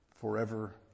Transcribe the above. forever